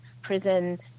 prison